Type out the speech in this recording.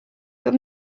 but